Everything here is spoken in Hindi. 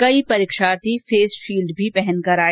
कई परक्षार्थी फेस शील्ड भी पहनकर आए